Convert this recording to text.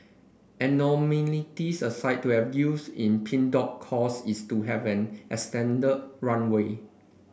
aside to have youths in Pink Dot cause is to have an extended runway